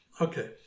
Okay